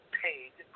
paid